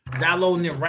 Downloading